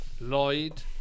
Lloyd